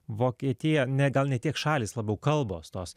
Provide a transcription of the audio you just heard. vokietija ne gal ne tiek šalys labiau kalbos tos